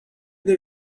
that